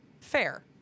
fair